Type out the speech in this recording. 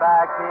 Back